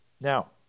Now